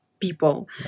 people